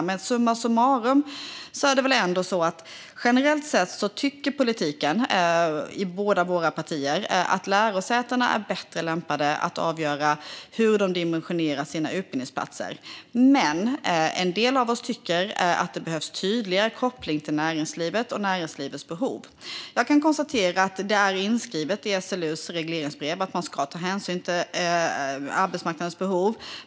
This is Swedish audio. Men summa summarum är det väl ändå så att politiker i båda våra partier tycker att lärosätena är bättre lämpade att avgöra hur de dimensionerar sina utbildningsplatser. Men en del av oss tycker att det behövs tydligare koppling till näringslivet och näringslivets behov. Jag kan konstatera att det är inskrivet i SLU:s regleringsbrev att man ska ta hänsyn till arbetsmarknadens behov.